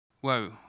whoa